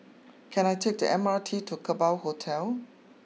can I take the M R T to Kerbau Hotel